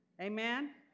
Amen